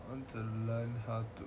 want to learn how to